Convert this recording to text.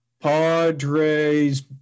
Padres